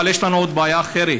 אבל יש לנו עוד בעיה אחרת,